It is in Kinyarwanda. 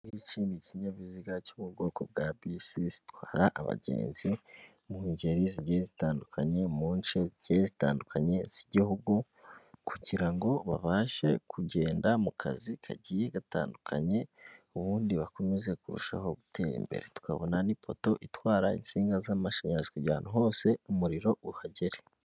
Iki ngiki ni ikinyabiziga cyo mu bwoko bwa bisi zitwara abagenzi, mu ngeri zigiye zitandukanye, mu nce zigiye zitandukanye z'igihugu, kugira ngo babashe kugenda mu kazi kagiye gatandukanye, ubundi bakomeze kurushaho gutera imbere. Tukabona n'ipoto itwara insinga z'amashanyarazi kugira ahantu hose umuriro uhagere.